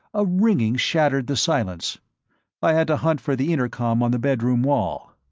a ringing shattered the silence i had to hunt for the intercom on the bedroom wall.